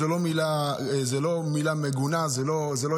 גם היו ימים שלמים רק בנושא של הרווחים הלא-מחולקים.